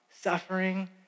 suffering